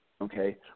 okay